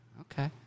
Okay